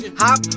hop